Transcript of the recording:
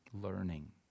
learning